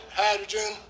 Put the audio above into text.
hydrogen